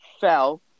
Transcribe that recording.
fell